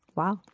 wow.